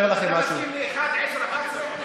ל-10 ו-11?